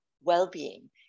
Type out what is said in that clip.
well-being